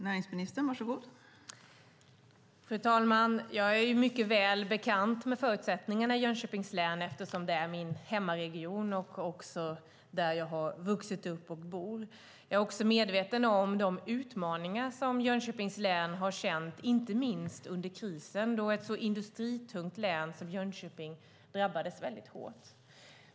Fru talman! Jag är mycket väl bekant med förutsättningarna i Jönköpings län eftersom det är min hemmaregion och där som jag har vuxit upp och bor. Jag är också medveten om de utmaningar som Jönköpings län har känt inte minst under krisen då ett så industritungt län som Jönköping drabbades mycket hårt.